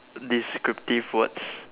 descriptive words